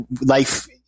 Life